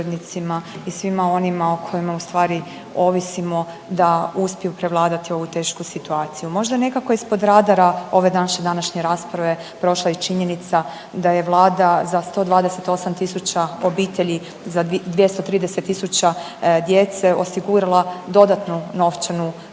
i svima onima o kojima ustvari ovisimo da uspiju prevladati ovu tešku situaciju. Možda je nekako ispod radara ove naše današnje rasprave prošla i činjenica da je Vlada za 128 tisuća obitelji i 230 tisuća djece osigurala dodatnu novčanu naknadu